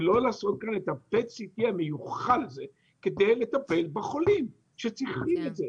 ולא לעשות את ה-PET CT המיוחד הזה כדי לטפל בחולים שצריכים את זה.